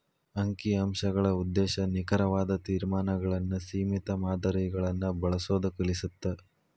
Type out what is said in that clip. ಅಂಕಿ ಅಂಶಗಳ ಉದ್ದೇಶ ನಿಖರವಾದ ತೇರ್ಮಾನಗಳನ್ನ ಸೇಮಿತ ಮಾದರಿಗಳನ್ನ ಬಳಸೋದ್ ಕಲಿಸತ್ತ